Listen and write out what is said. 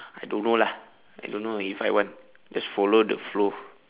I don't know lah I don't know if I want just follow the flow